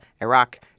Iraq